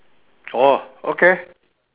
orh okay